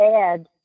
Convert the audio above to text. add